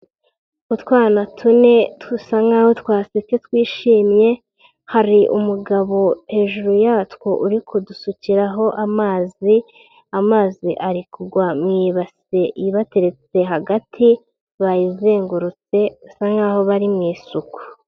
Utwana tune dusa nkaho twasetse twishimye, hari umugabo hejuru yatwo uri kudusukiraho amazi, amazi ari kugwa mu inase ibateretse hagati bayizengurutse bisa nkaho bari mu isuku.